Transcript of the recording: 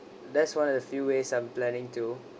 that's one of the few ways I'm planning to